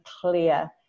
clear